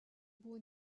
buvo